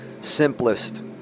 simplest